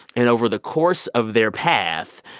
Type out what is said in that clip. and over the course of their path,